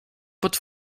pod